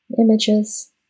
images